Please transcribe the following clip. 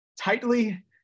tightly